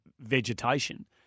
vegetation